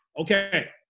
Okay